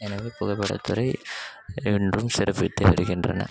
எனவே புகைப்படத்துறை என்றும் சிறப்பித்து வருகின்றன